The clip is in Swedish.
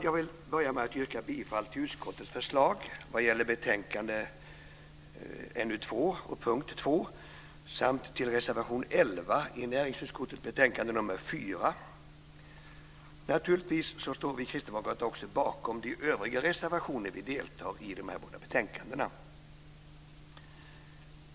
Jag vill börja med att yrka bifall till utskottets förslag i betänkande NU2 vad gäller punkt Naturligtvis står vi kristdemokrater också bakom de övriga reservationer som vi deltar i i de här båda betänkandena.